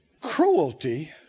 cruelty